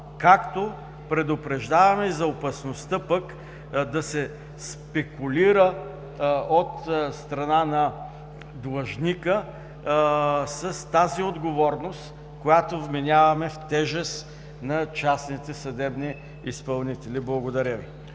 Предупреждаваме и за опасността да се спекулира от страна и на длъжника с тази отговорност, която вменяваме в тежест на частните съдебни изпълнители. Благодаря Ви.